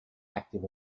active